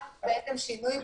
לא, מיקי.